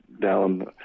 down